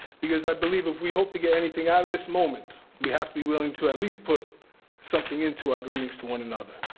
because i believe if we hope to get anything out of this moment, we have to be willing to at least put something into our greetings to one another.